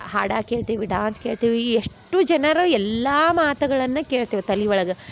ಹಾಡು ಕೇಳ್ತೇವೆ ಡ್ಯಾನ್ಸ್ ಕೇಳ್ತೇವೆ ಎಷ್ಟು ಜನರು ಎಲ್ಲ ಮಾತುಗಳನ್ನು ಕೇಳ್ತೇವೆ ತಲೆ ಒಳಗೆ